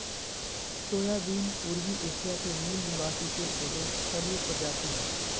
soybean पूर्वी Asia के मूल निवासी के एगो फलिय प्रजाति हइ